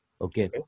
Okay